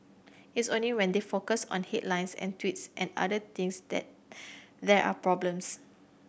it's only when they focus on headlines and tweets and other things that there are problems